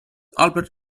albert